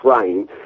rain